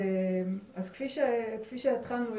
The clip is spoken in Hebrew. כפי שהתחלנו,